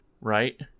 right